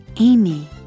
Amy